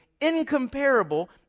incomparable